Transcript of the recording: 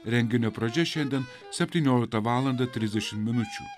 renginio pradžia šiandien septinioliktą valandą trisdešim minučių